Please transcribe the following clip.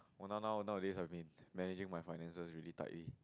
oh now now nowadays I mean managing my finances really tightly